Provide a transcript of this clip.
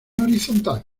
horizontal